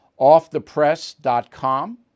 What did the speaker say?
offthepress.com